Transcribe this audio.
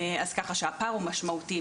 ככה שהפער הוא משמעותי.